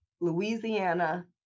Louisiana